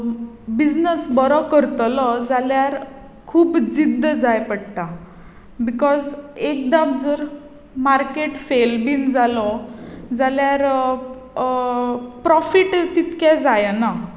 business बरो करतलो जाल्यार खूब जिद्द जाय पडटा बिकोझ एकदां जर मार्केट फेल बीन जालो जाल्यार प्रोफिट तितकें जायना